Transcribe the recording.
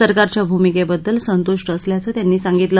सरकारच्या भूमिकेबद्दल संतृष्ट असल्याचं त्यांनी सांगितलं